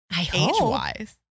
age-wise